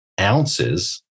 ounces